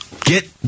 get